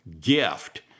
gift